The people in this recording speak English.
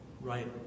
right